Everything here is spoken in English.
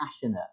passionate